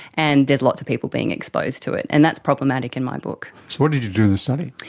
and there's lots of people being exposed to it, and that's problematic in my book. so what did you do in this study?